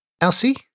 Elsie